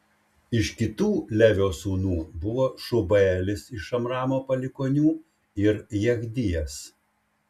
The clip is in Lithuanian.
iš kitų levio sūnų buvo šubaelis iš amramo palikuonių ir jechdijas